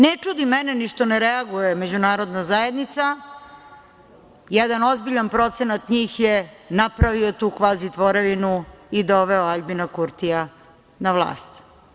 Ne čudi mene što ne reaguje ni međunarodna zajednica, jedan ozbiljan procenat njih je napravio tu kvazi tvorevinu i doveo Aljbina Kurtija na vlast.